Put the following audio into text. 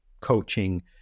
coaching